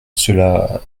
cela